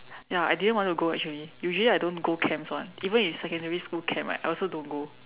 ya I didn't want to go actually usually I don't go camps [one] even in secondary school camp right I also don't go